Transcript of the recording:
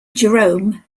jerome